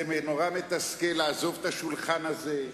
זה נורא מתסכל לעזוב את השולחן הזה.